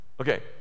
Okay